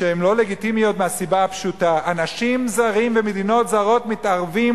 שהן לא לגיטימיות מהסיבה הפשוטה: אנשים זרים ומדינות זרות מתערבים